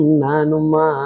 nanuma